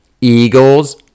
eagles